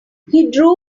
drew